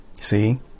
See